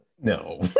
No